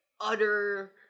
utter